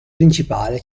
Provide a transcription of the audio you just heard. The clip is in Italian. principale